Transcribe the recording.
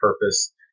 purpose